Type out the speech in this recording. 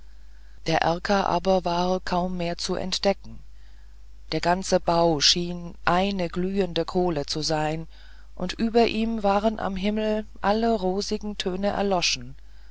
der erker aber war kaum mehr zu entdecken der ganze bau schien eine glühende kohle zu sein und über ihm waren am himmel alle rosigen töne erloschen